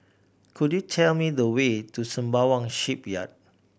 could you tell me the way to Sembawang Shipyard